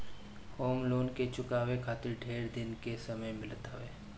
home loan के चुकावे खातिर ढेर दिन के समय मिलत हवे